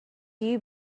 you